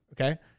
Okay